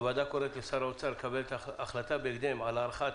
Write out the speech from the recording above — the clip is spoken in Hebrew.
הוועדה קוראת לשר האוצר לקבל בהקדם החלטה על הארכת